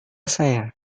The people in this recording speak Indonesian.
saya